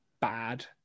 bad